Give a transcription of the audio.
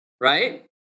right